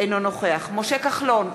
אינו נוכח משה כחלון,